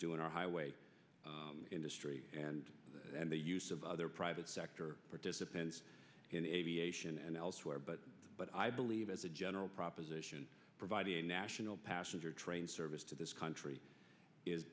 do in our highway industry and and the use of other private sector participants in aviation and elsewhere but but i believe as a general proposition providing national passenger train service to this country is